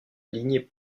lignée